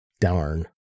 Darn